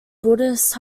buddhist